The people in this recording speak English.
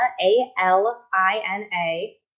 A-L-I-N-A